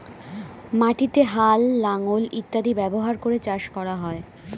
মাটিতে হাল, লাঙল ইত্যাদি ব্যবহার করে চাষ করা হয়